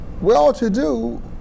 well-to-do